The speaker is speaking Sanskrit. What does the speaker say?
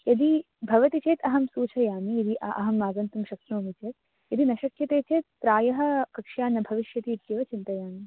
यदि भवति चेत् अहं सूचयामि यदि अ अहम् आगन्तुं शक्नोमि चेत् यदि न शक्यते चेत् प्रायः कक्षा न भविष्यति इत्येव चिन्तयामि